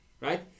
Right